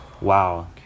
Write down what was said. Wow